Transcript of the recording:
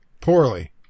Poorly